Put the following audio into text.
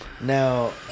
now